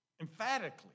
emphatically